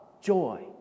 joy